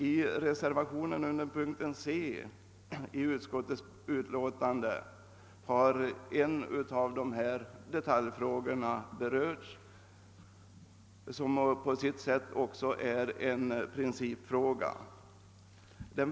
I reservationen vid C i tredje lagutskottets hemställan i utlåtande nr 80 har en av dessa detaljfrågor berörts, och den är på sitt sätt också en principfråga.